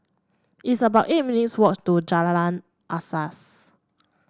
it's about eight minutes' walk to Jalan Asas